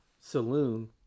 saloon